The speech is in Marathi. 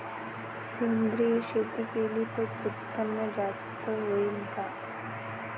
सेंद्रिय शेती केली त उत्पन्न जास्त होईन का?